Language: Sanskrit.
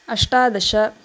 अष्टादश